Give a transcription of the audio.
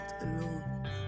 alone